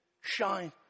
shine